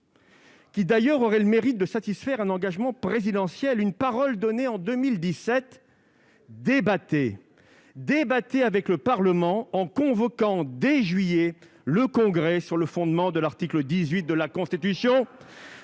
qui, d'ailleurs, aurait le mérite de satisfaire un engagement présidentiel, une parole donnée en 2017 : débattez ! Débattez avec le Parlement en convoquant, dès juillet, le Congrès, sur le fondement de l'article 18 de la Constitution.